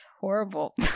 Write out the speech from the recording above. horrible